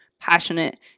passionate